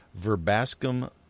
verbascum